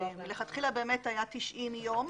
לכתחילה באמת היה 90 ימים.